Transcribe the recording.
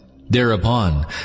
Thereupon